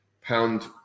pound